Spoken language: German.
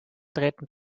treten